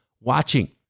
watching